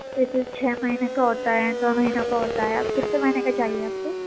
یہ صرف چھ مہینے کا ہوتا ہے دو مہینوں کا ہوتا ہے آپ کتنے مہینے کا چاہیے آپ کو